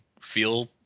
feel